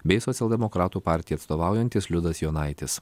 bei socialdemokratų partijai atstovaujantis liudas jonaitis